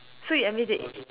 so you admit it